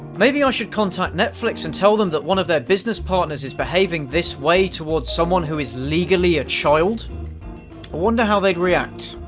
maybe i should contact netflix and tell them that one of their business partners is behaving this way towards someone who is legally a child? i wonder how they'd react.